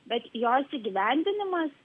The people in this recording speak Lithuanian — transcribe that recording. bet jos įgyvendinimas